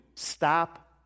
Stop